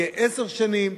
יהיה עשר שנים.